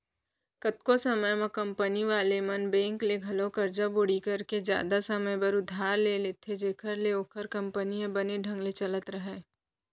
कतको समे म कंपनी वाले मन बेंक ले घलौ करजा बोड़ी करके जादा समे बर उधार ले लेथें जेखर ले ओखर कंपनी ह बने ढंग ले चलत राहय